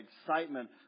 excitement